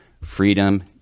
Freedom